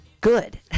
good